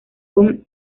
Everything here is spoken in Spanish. con